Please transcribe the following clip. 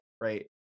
right